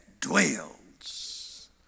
dwells